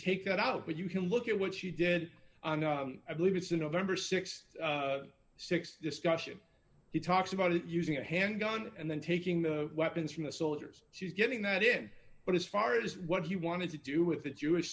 ake that out when you can look at what she did and i believe it's a november sixty six discussion he talks about it using a handgun and then taking the weapons from the soldiers she's getting that in but as far as what he wanted to do with the jewish